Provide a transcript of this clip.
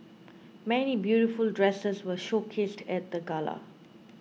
many beautiful dresses were showcased at the gala